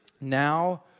Now